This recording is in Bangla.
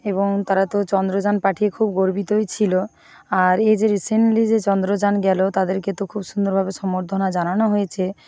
এবং তারা তো চন্দ্রযান পাঠিয়ে খুব গর্বিতই ছিল আর এই যে রিসেন্টলি যে চন্দ্রযান গেল তাদেরকে তো খুব সুন্দরভাবে সংবর্ধনা জানানো হয়েছে